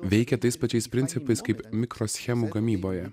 veikė tais pačiais principais kaip mikroschemų gamyboje